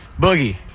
Boogie